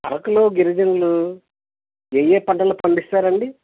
అరకులో గిరిజనులు ఏ ఏ పంటలు పండిస్తారు అండి